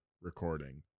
recording